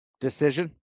Decision